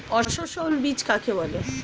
অসস্যল বীজ কাকে বলে?